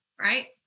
right